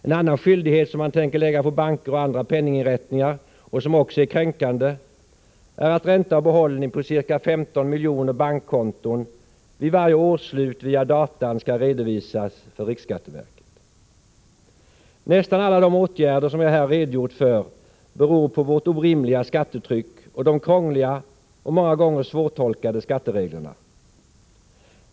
En annan skyldighet som man tänker lägga på banker och andra penninginrättningar och som också är kränkande är att ränta och behållning på ca 15 miljoner bankkonton vid varje årsslut via datan skall redovisas för riksskatteverket. Nästan alla de åtgärder som jag här redogjort för beror på vårt orimliga skattetryck och de krångliga och många gånger svårtolkade skattereglerna.